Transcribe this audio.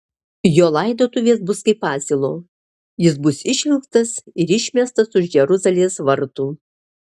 jo laidotuvės bus kaip asilo jis bus išvilktas ir išmestas už jeruzalės vartų